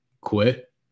quit